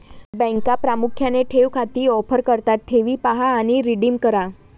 बँका प्रामुख्याने ठेव खाती ऑफर करतात ठेवी पहा आणि रिडीम करा